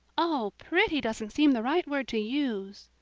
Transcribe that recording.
oh, pretty doesn't seem the right word to use.